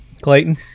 Clayton